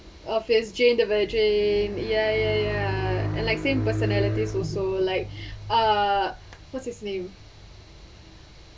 obvious jane the virgin ya ya ya and like same personalities also like uh what's his name